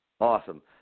Awesome